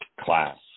class